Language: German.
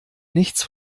nichts